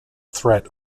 threat